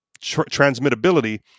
transmittability